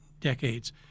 decades